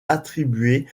attribuée